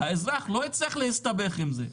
האזרח לא יצטרך להסתבך עם זה.